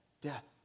death